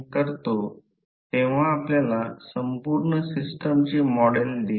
तर जर ही करंटची दिशा असेल तर जर माझा अंगठा ही करंटची दिशा असेल तर फ्लक्स लाईन हे कर्लिंग फिंगर असेल